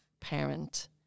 parent